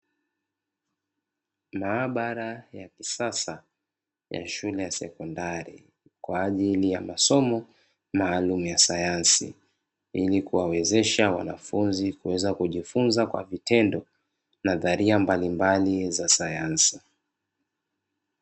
Maabara ya kisasa ya shule ya sekondari kwa ajili ya masomo maalumu ya sayansi, ili kuwawezesha wanafunzi kuweza kujifunza kwa vitendo nadharia mbalimbali za sayansi.